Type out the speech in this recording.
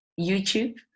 YouTube